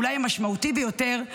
אולי המשמעותי ביותר,